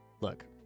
look